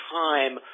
time